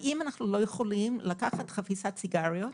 האם אנחנו לא יכולים לקחת חפיסת סיגריות